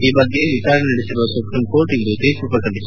ಈ ಬಗ್ಗೆ ವಿಚಾರಣೆ ನಡೆಸಿರುವ ಸುಪ್ರೀಂಕೋರ್ಟ್ ಇಂದು ತೀರ್ಮ ಪ್ರಕಟಿಸಲಿದೆ